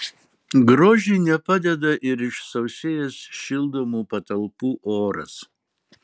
grožiui nepadeda ir išsausėjęs šildomų patalpų oras